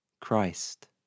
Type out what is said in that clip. Christ